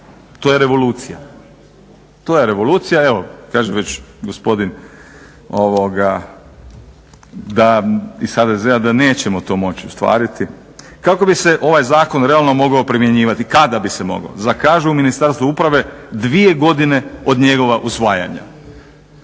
To je revolucija. To je revolucija, evo kaže već gospodin da, iz HDZ-a da nećemo to moći ostvariti. Kako bi se ovaj zakon realno mogao primjenjivati? Kada bi se mogao? Kažu u Ministarstvu uprave dvije godine od njegova usvajanja.